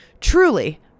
Truly